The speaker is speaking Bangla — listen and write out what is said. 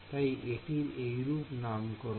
তাই এটির এইরূপ নামকরণ